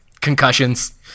concussions